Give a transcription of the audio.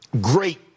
great